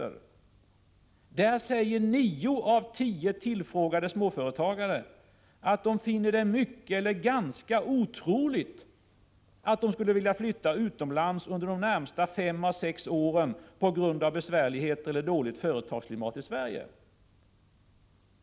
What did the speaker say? Enligt denna säger nio av tio tillfrågade småföretagare att de finner det mycket eller ganska otroligt att de på grund av besvärligheter eller dåligt företagsklimat i Sverige skulle vilja flytta utomlands under de närmaste fem, sex åren.